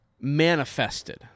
manifested